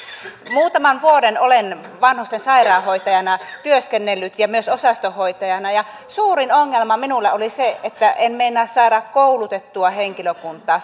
muutaman vuoden olen vanhusten sairaanhoitajana ja myös osastonhoitajana työskennellyt ja suurin ongelma minulla oli se että en meinannut saada koulutettua henkilökuntaa